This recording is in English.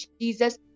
Jesus